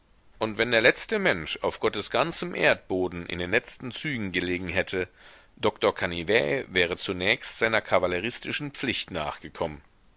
und wenn der letzte mensch auf gottes ganzem erdboden in den letzten zügen gelegen hätte doktor canivet wäre zunächst seiner kavalleristischen pflicht nachgekommen